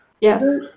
Yes